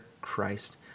Christ